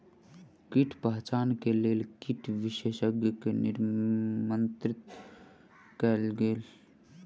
कीट पहचान के लेल कीट विशेषज्ञ के निमंत्रित कयल गेल